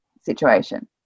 situation